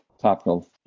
topical